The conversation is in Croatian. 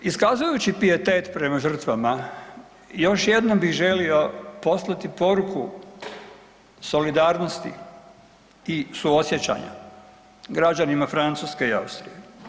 Iskazujući pijetet prema žrtvama još jednom bih želio poslati poruku solidarnosti i suosjećanja građanima Francuske i Austrije.